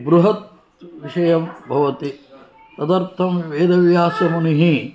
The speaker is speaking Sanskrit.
बृहत् विषयं भवति तदर्थं वेदव्यासमुनिः